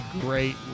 Great